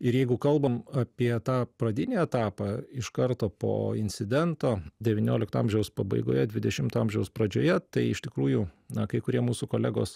ir jeigu kalbam apie tą pradinį etapą iš karto po incidento devyniolikto amžiaus pabaigoje dvidešimto amžiaus pradžioje tai iš tikrųjų na kai kurie mūsų kolegos